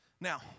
Now